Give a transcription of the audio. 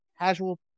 casual